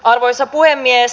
arvoisa puhemies